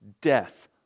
death